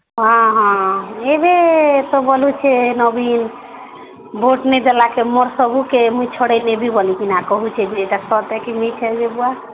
ହଁ ହଁ ଏବେ ତ ବୋଲୁଛେଁ ନବୀନ ଭୋଟ୍ ନେଇ ଦେଲା କେ ମୋର ସବୁ କେ ମୁଁ ଛଡ଼ାଇ ନେବି ବୋଲି କିନା କହୁଛେ ଯେ ଏଇଟା ସତ କି ମିଛ ହେବ